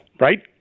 right